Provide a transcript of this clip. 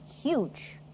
huge